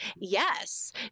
Yes